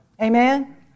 Amen